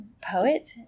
poet